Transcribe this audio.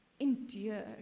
endure